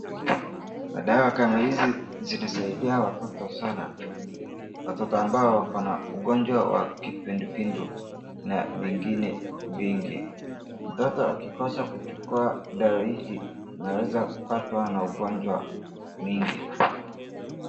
Madawa kama hizi zinasaidia watoto sana. Watoto ambao wako na ugonjwa wa kipindupindu na vingine vingi. Mtoto akikosa kuchukua dawa hiki anaweza kupatwa na ugonjwa mingi.